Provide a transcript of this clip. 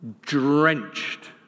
drenched